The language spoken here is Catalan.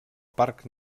parc